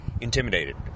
intimidated